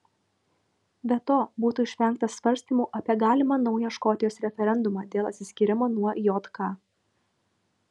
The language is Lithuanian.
be to būtų išvengta svarstymų apie galimą naują škotijos referendumą dėl atsiskyrimo nuo jk